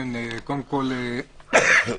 בבקשה.